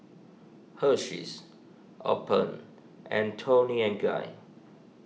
Hersheys Alpen and Toni and Guy